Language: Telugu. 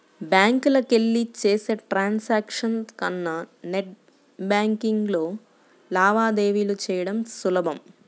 బ్యాంకులకెళ్ళి చేసే ట్రాన్సాక్షన్స్ కన్నా నెట్ బ్యేన్కింగ్లో లావాదేవీలు చెయ్యడం సులభం